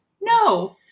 No